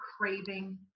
craving